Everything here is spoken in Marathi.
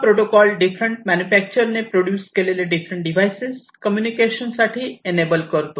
हा प्रोटोकॉल डिफरंट मॅन्युफॅक्चर ने प्रोड्युस केलेले डिफरंट डिव्हाइसेस कम्युनिकेशन साठी इनेबल करतो